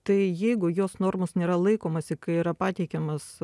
tai jeigu jos normos nėra laikomasi kai yra pateikiamas